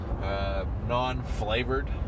non-flavored